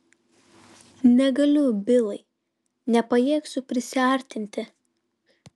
negaliu bilai nepajėgsiu prisiartinti